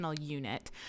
unit